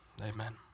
Amen